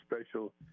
special